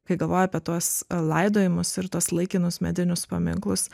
kai galvoju apie tuos laidojimus ir tuos laikinus medinius paminklus